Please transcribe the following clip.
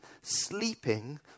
sleeping